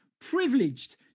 privileged